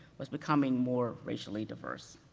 was becoming more racially diverse.